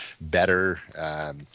better